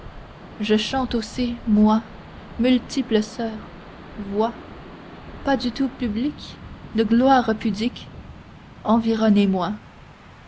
je chante aussi moi multiples soeurs voix pas du tout publiques de gloire pudique